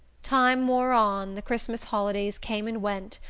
time wore on, the christmas holidays came and went,